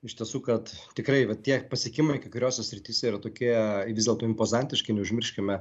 iš tiesų kad tikrai va tie pasiekimai kai kuriose srityse yra tokie vis dėlto impozantiški neužmirškime